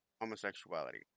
homosexuality